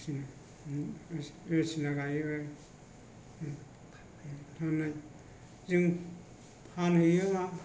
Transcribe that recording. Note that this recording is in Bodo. जों बायदिसिना गायो जों फानहैयो